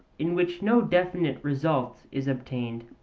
in which no definite result is obtained,